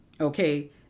Okay